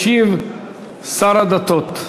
ישיב שר הדתות,